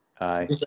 Aye